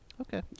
Okay